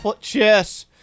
chess